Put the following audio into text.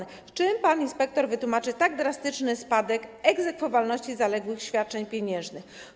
Czym pan inspektor wytłumaczy tak drastyczny spadek egzekwowalności zaległych świadczeń pieniężnych?